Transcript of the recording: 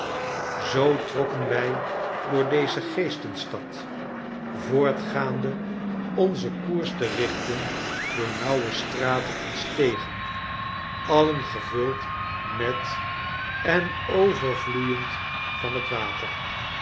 zoo trokken wij door deze geestenstad voortgaande onzen koers te richten door nauwe straten en stegen alien gevuld met en overvloeiend van het water